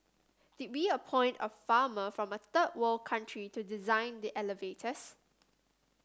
did we appoint a farmer from a third world country to design the elevators